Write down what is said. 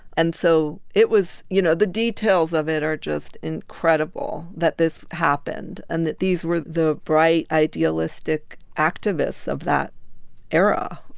and so it was you know, the details of it are just incredible, that this happened and that these were the bright, idealistic activists of that era.